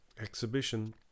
exhibition